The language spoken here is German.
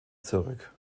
zurück